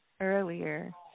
earlier